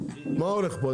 אני לא מבין מה הולך פה,